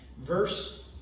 verse